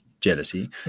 jealousy